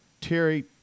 Terry